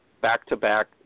back-to-back